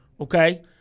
okay